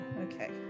Okay